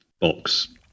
box